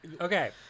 Okay